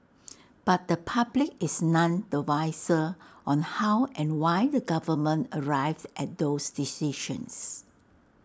but the public is none the wiser on how and why the government arrived at those decisions